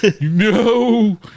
No